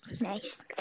Nice